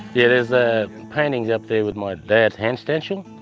yeah, there's a painting up there with my dad's hand stencil.